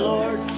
Lord